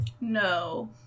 No